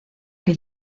que